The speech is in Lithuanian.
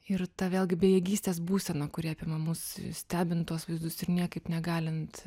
ir ta vėlgi bejėgystės būsena kuri apima mus stebint tuos vaizdus ir niekaip negalint